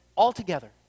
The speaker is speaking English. altogether